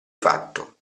fatto